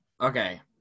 okay